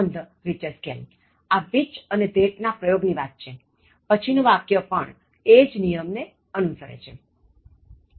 આ which અને that ના પ્રયોગ ની વાત છેપછીનું વાક્ય પણ એ જ નિયમને અનુસરે છે